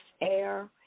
air